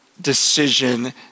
decision